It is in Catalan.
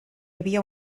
havia